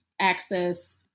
access